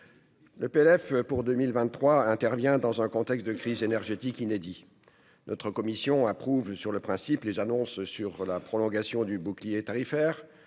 pour 2023 intervient dans un contexte de crise énergétique inédit. Notre commission approuve, sur le principe, la prolongation du bouclier tarifaire,